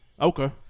Okay